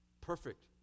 Perfect